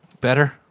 Better